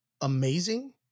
amazing